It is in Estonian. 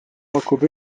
pakub